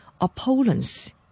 opponents